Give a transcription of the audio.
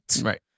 Right